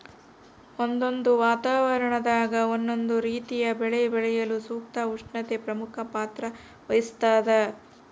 ಒಂದೊಂದು ವಾತಾವರಣದಾಗ ಒಂದೊಂದು ರೀತಿಯ ಬೆಳೆ ಬೆಳೆಯಲು ಸೂಕ್ತ ಉಷ್ಣತೆ ಪ್ರಮುಖ ಪಾತ್ರ ವಹಿಸ್ತಾದ